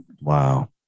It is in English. Wow